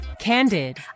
Candid